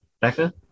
Becca